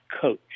coach